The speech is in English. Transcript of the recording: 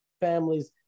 families